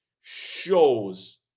shows